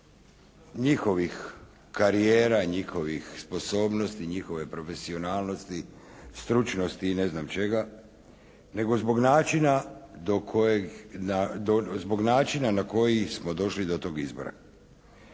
njihovih karijera i njihovih sposobnosti, njihove profesionalnosti, stručnosti i ne znam čega, nego zbog načina do kojeg, zbog načina na koji smo došli do tog izbora.